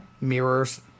Mirrors